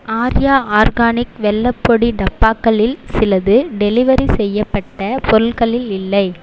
Arya organic வெல்லப் பொடி டப்பாக்களில் சிலது டெலிவெரி செய்யப்பட்ட பொருட்களில் இல்லை